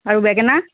আৰু বেঙেনা